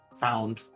found